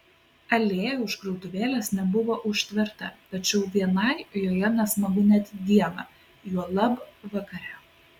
alėja už krautuvėlės nebuvo užtverta tačiau vienai joje nesmagu net dieną juolab vakare